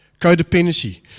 codependency